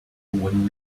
when